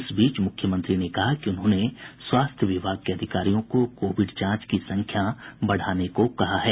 इस बीच मुख्यमंत्री ने कहा कि उन्होंने स्वास्थ्य विभाग के अधिकारियों को कोविड जांच की संख्या बढ़ाने को कहा है